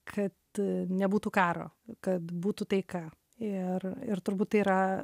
kad nebūtų karo kad būtų taika ir ir turbūt tai yra